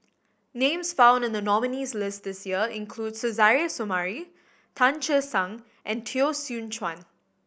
names found in the nominees' list this year include Suzairhe Sumari Tan Che Sang and Teo Soon Chuan